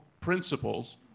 principles